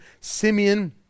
Simeon